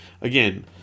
Again